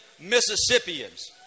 Mississippians